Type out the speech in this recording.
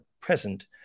present